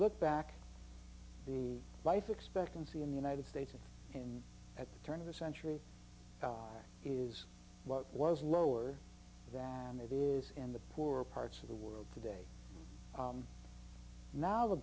look back the life expectancy in the united states and at the turn of the century is what was lower than it is in the poorer parts of the world today now the